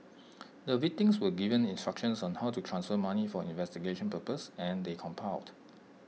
the victims were given instructions on how to transfer money for investigation purposes and they complied